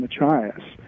Machias